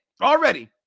already